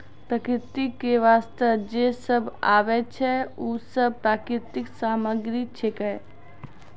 प्रकृति क वास्ते जे सब आबै छै, उ सब प्राकृतिक सामग्री छिकै